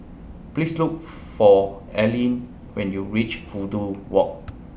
Please Look For Eileen when YOU REACH Fudu Walk